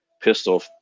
pistol